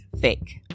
fake